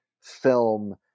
film